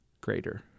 greater